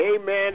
amen